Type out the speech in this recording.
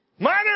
Minor